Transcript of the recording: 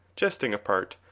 jesting apart,